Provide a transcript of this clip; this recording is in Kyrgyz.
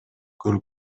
көл